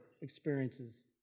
experiences